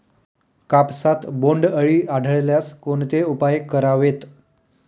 कापसात बोंडअळी आढळल्यास कोणते उपाय करावेत?